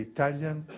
Italian